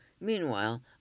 Meanwhile